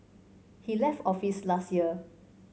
he left office last year